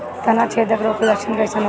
तना छेदक रोग का लक्षण कइसन होला?